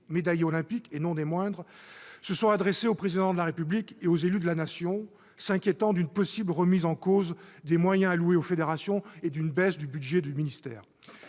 médaillés olympiques, et non des moindres, se sont adressés au Président de la République et aux élus de la Nation, s'inquiétant d'une possible remise en cause des moyens alloués aux fédérations et d'une baisse du budget du ministère.